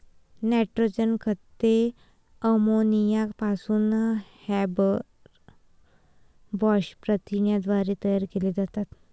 nitrogen खते ammonia पासून Haber Bosch प्रक्रियेद्वारे तयार केली जातात